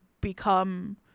become